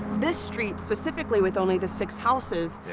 this street specifically with only the six houses,